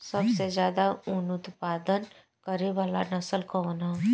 सबसे ज्यादा उन उत्पादन करे वाला नस्ल कवन ह?